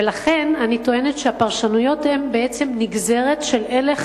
ולכן אני טוענת שהפרשנויות הן בעצם נגזרת של הלך